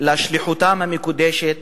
שליחותם המקודשת